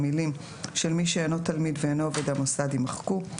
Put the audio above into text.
המילים "של מי שאינו תלמיד ואינו עובד המוסד" יימחקו,